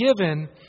given